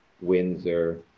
Windsor